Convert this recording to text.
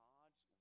God's